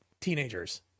teenagers